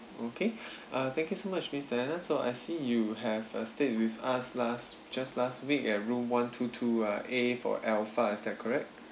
okay uh thank you so much miss diana so I see you have uh stayed with us last just last week at room one two two uh A for alpha is that correct